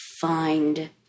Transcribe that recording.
find